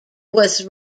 was